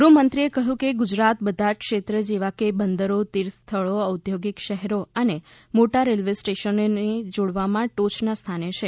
ગૃહમંત્રીએ કહ્યું કે ગુજરાત બધા જ ક્ષેત્રો જેવા કે બંદરો તીર્થસ્થળો ઔદ્યોગિક શહેરો અને મોટા રેલવે સ્ટેશનોને જોડવામાં ટોયના સ્થાને છે